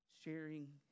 Sharing